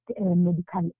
medical